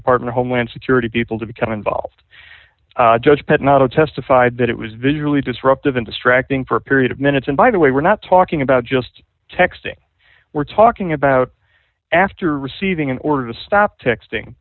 department homeland security people to become involved judge but not a testified that it was visually disruptive and distracting for a period of minutes and by the way we're not talking about just texting we're talking about after receiving an order to stop texting